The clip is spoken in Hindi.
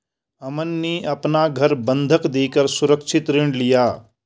अमन ने अपना घर बंधक देकर सुरक्षित ऋण लिया